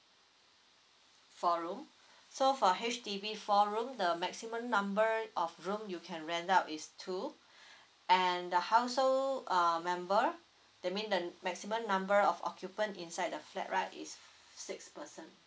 four room so for H_D_B four room the maximum number of room you can rent out is two and the household uh member that mean the maximum number of occupant inside the flat right is six person